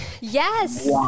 Yes